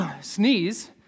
sneeze